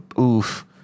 oof